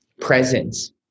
presence